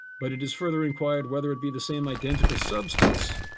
but it is further inquired whether it be the same identical substance,